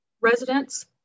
residents